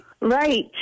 right